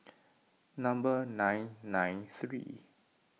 number nine nine three